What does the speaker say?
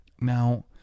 now